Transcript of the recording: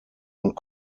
und